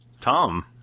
Tom